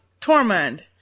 Tormund